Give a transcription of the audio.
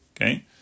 Okay